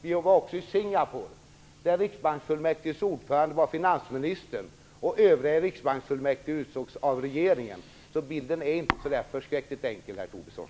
Vi var också i Singapore, där riksbanksfullmäktiges ordförande var finansminister och de övriga i riksbanksfullmäktige utsågs av regeringen. Bilden är alltså inte så enkel, herr Tobisson.